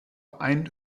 ein